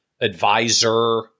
advisor